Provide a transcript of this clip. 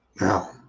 Now